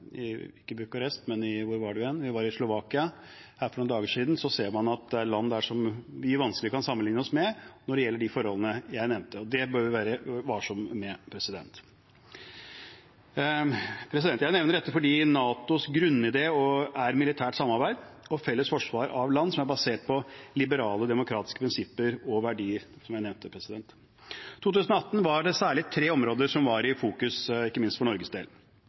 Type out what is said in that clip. Slovakia for noen dager siden, ser man at det er land der vi vanskelig kan sammenligne oss med når det gjelder de forholdene jeg nevnte. Det bør vi være varsomme med. Jeg nevner dette fordi NATOs grunnidé er militært samarbeid og felles forsvar av land som er basert på liberale, demokratiske prinsipper og verdier, som jeg nevnte. I 2018 var det særlig tre områder som sto i fokus, ikke minst for Norges del: